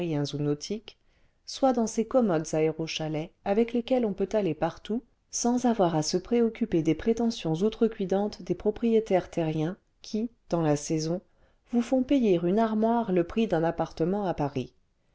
ou nautiques soit dans ces commodes aérochalets avec lesquels on ripur aller tin rt m it sans n vnir j l à se préoccuper des prétentions outrecuidantes des propriétaires terriens qui dans la saison vous font payer une armoire le prix d'un appartement à paris